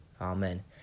Amen